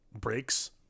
breaks